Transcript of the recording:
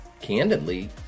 candidly